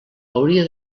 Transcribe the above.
hauria